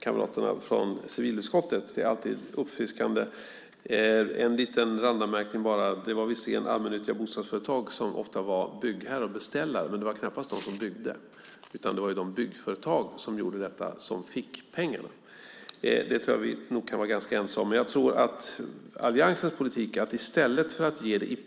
kamraterna från civilutskottet. Det är alltid uppfriskande. Jag har bara en liten randanmärkning. Det var visserligen allmännyttiga bostadsföretag som ofta var byggherrar och beställare, men det var knappast de som byggde. Det var ju de byggföretag som gjorde detta som fick pengarna. Det kan vi nog vara ganska ense om. Produktionssubventioner går ju till vem som helst.